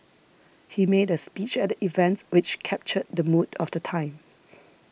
he made a speech at the event which captured the mood of the time